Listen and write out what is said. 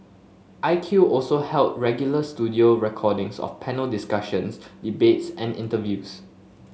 I Q also held regular studio recordings of panel discussions debates and interviews